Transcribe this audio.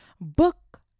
Book